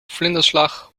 vlinderslag